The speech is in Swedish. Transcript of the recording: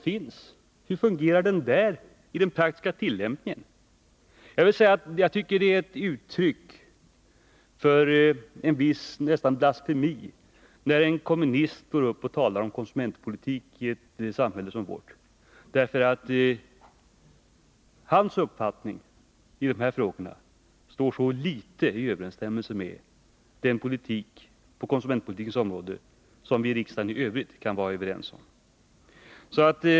Jag tycker nästan att det är ett uttryck för blasfemi när en kommunist står upp och talar om konsumentpolitik i ett samhälle som vårt. Jörn Svenssons uppfattning i de här frågorna står nämligen så litet i överensstämmelse med den politik på det här området som vi i riksdagen i övrigt kan vara överens om.